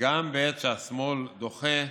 שגם בעת שהשמאל דוחה,